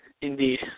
Indeed